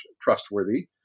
trustworthy